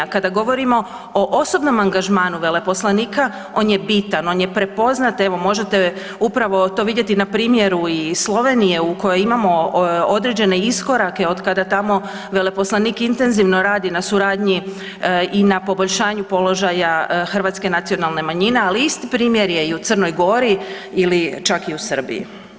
A kada govorimo o osobnom angažmanu veleposlanika on je bitan, on je prepoznat, evo možete upravo to vidjeti na primjeru i Slovenije u kojoj imamo određene iskorake od kada tamo veleposlanik intenzivno radi na suradnji i na poboljšanju položaja hrvatske nacionalne manjine, ali isti primjer je i u Crnoj Gori ili čak i u Srbiji.